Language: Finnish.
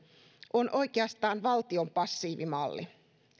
on oikeastaan valtion passiivimalli